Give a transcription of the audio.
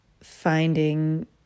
finding